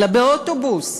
אלא באוטובוס,